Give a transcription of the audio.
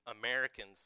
Americans